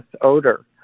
odor